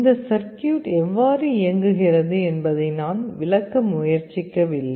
இந்த சர்க்யூட் எவ்வாறு இயங்குகிறது என்பதை நான் விளக்க முயற்சிக்கவில்லை